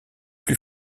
plus